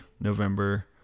November